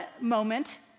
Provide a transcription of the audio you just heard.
moment